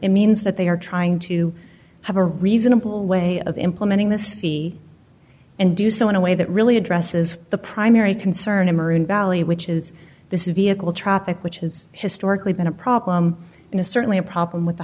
in means that they are trying to have a reasonable way of implementing this fee and do so in a way that really addresses the primary concern a maroon valley which is this vehicle traffic which has historically been a problem in a certainly a problem with a